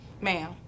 Ma'am